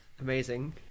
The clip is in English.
Amazing